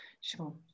Sure